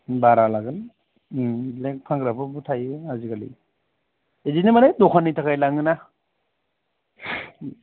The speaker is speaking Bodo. बारा लागोन ब्लेक फानग्रा फोरबो थायो आजिखालि बिदिनो माने दखाननि थाखाय लाङो ना